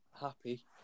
happy